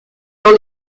dans